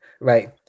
right